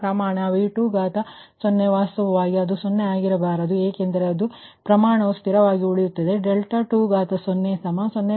ಪ್ರಮಾಣ V20 ವಾಸ್ತವವಾಗಿ ಅದು 0 ಆಗಿರಬಾರದು ಏಕೆಂದರೆ ಅದು ಪ್ರಮಾಣವು ಸ್ಥಿರವಾಗಿ ಉಳಿಯುತ್ತದೆ ಮತ್ತು 𝛿20 0